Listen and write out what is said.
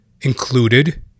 included